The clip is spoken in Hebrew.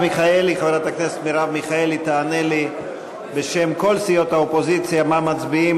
חברת הכנסת מרב מיכאלי תענה לי בשם כל סיעות האופוזיציה על מה מצביעים,